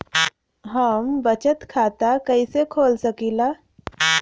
हम बचत खाता कईसे खोल सकिला?